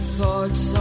thoughts